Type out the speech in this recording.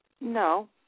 No